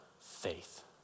faith